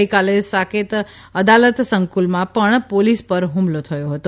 ગઇકાલે સાકેત અદાલત સંકુલમાં પણ પોલીસ પર ઠુમલો થયો હતો